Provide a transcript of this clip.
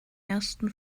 ersten